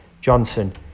Johnson